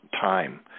time